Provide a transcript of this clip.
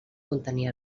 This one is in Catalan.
contenir